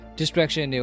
distraction